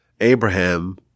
Abraham